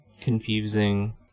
confusing